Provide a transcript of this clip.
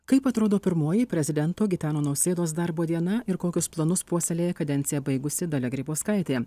kaip atrodo pirmoji prezidento gitano nausėdos darbo diena ir kokius planus puoselėja kadenciją baigusi dalia grybauskaitė